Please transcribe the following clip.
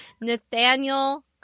Nathaniel